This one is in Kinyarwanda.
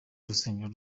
urusengero